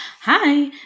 hi